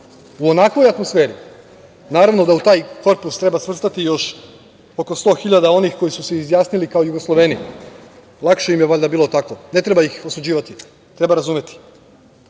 u onakvoj atmosferi. Naravno da u taj korpus treba svrstati još oko 100 hiljada onih koji su se izjasnili kao Jugosloveni. Lakše im je valjda bilo tako, ne treba ih osuđivati, treba razumeti. Ako